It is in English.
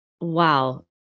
Wow